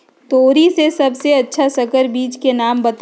तोरी के सबसे अच्छा संकर बीज के नाम बताऊ?